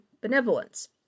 benevolence